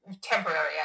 temporary